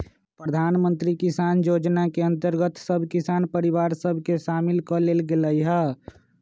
प्रधानमंत्री किसान जोजना के अंतर्गत सभ किसान परिवार सभ के सामिल क् लेल गेलइ ह